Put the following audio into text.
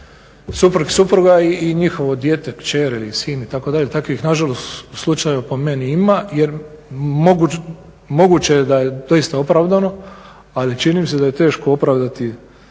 suprug, supruga i njihovo dijete, kćer ili sin, takvih nažalost slučajeva po meni ima jer moguće je da je doista opravdano, ali čini mi se da je teško opravdati